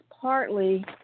Partly